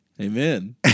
Amen